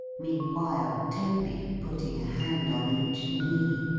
meanwhile toby, putting a hand on each knee,